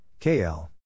KL